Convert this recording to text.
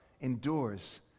endures